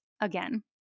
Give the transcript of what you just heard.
again